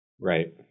Right